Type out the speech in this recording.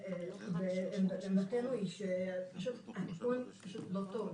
עמדתנו היא שהתיקון לא טוב.